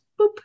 boop